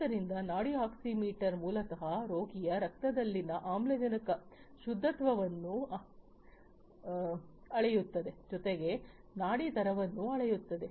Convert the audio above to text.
ಆದ್ದರಿಂದ ನಾಡಿ ಆಕ್ಸಿಮೀಟರ್ ಮೂಲತಃ ರೋಗಿಯ ರಕ್ತದಲ್ಲಿನ ಆಮ್ಲಜನಕದ ಶುದ್ಧತ್ವವನ್ನು ಅಳೆಯುತ್ತದೆ ಜೊತೆಗೆ ನಾಡಿ ಮಿಡಿತವನ್ನು ಅಳೆಯುತ್ತದೆ